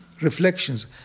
reflections